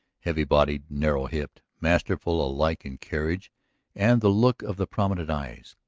heavy-bodied, narrow-hipped, masterful alike in carriage and the look of the prominent eyes,